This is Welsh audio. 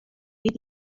fydd